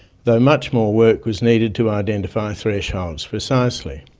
though much more work was needed to identify thresholds precisely.